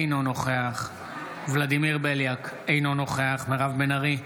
אינו נוכח ולדימיר בליאק, אינו נוכח מירב בן ארי,